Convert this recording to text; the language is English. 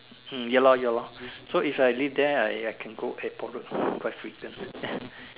hmm ya lor ya lor so if I leave there I I can go airport road quite frequent